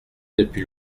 depuis